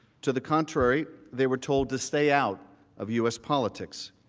to the contrary they were told to stay out of u s. politics.